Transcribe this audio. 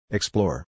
Explore